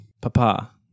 papa